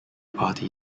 party